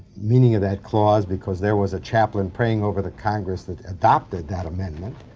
meaning of that clause because there was a chaplain praying over the congress that adopted that amendment.